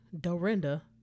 Dorinda